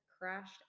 crashed